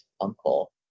uncle